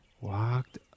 walked